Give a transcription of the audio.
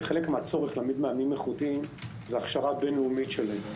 חלק מן הצורך להעמיד מאמנים איכותיים זה הכשרה בין-לאומית שלהם.